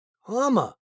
Hama